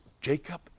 Jacob